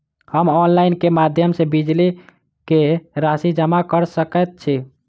हम ऑनलाइन केँ माध्यम सँ बिजली कऽ राशि जमा कऽ सकैत छी?